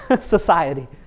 society